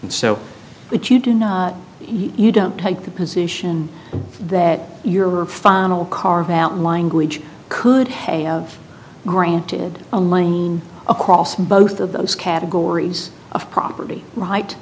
and so that you do not you don't take the position that your final carve out language could have granted a lane across both of those categories of property right